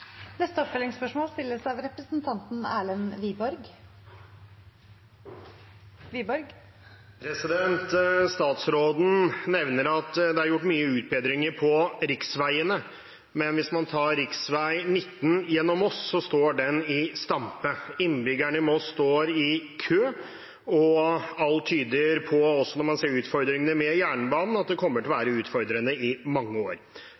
Erlend Wiborg – til oppfølgingsspørsmål. Statsråden nevner at det er gjort mange utbedringer på riksveiene, men hvis man tar rv. 19 gjennom Moss, står den i stampe. Innbyggerne i Moss står i kø, og alt tyder på, også når man ser utfordringene med jernbanen, at det kommer til å være utfordrende i mange år.